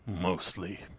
mostly